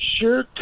sure